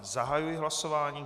Zahajuji hlasování.